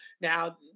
now